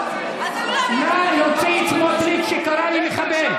נא להוציא את סמוטריץ', שקרא לי מחבל.